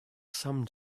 some